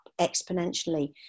exponentially